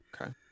Okay